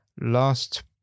last